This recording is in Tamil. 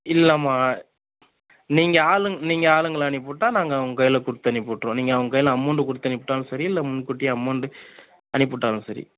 இல்லைம்மா நீங்கள் ஆளுங்க நீங்கள் ஆளுங்களை அனுப்பிவிட்டா நாங்கள் அவங்க கையில் கொடுத்து அனுப்பிவிட்ருவோம் நீங்கள் அவங்க கையில அமௌண்டு கொடுத்து அனுப்பிவிட்டாலும் சரி இல்லை முன் கூட்டியே அமௌண்டு அனுப்பிவிட்டாலும் சரி